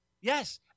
Yes